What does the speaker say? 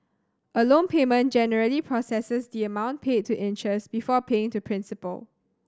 a loan payment generally processes the amount paid to interest before paying to principal